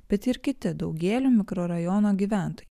bet ir kiti daugėlių mikrorajono gyventojai